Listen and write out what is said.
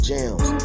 Jams